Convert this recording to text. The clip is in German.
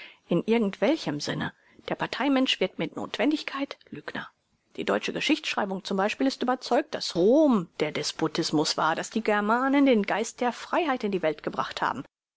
in irgend welchem sinne der parteimensch wird mit notwendigkeit lügner die deutsche geschichtsschreibung zum beispiel ist überzeugt daß rom der despotismus war daß die germanen den geist der freiheit in die welt gebracht haben